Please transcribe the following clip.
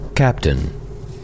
Captain